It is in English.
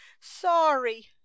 sorry